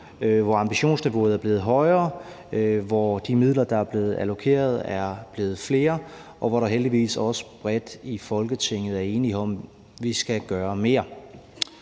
hvor ambitionsniveauet er blevet højere, hvor de midler, der er blevet allokeret, er blevet flere, og hvor der heldigvis også bredt i Folketinget er enighed om, at vi skal gøre mere.